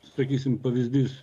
sakysim pavyzdys